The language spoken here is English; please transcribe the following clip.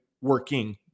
working